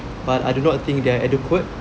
but I do not think they are adequate